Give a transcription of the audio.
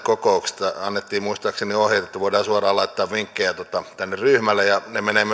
kokouksessa muistaakseni annettiin ohjeet että voidaan suoraan laittaa vinkkejä tänne ryhmälle ne menevät